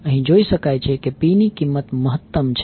અહી જોઈ શકાય છે કે P ની કિંમત મહત્તમ છે